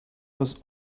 was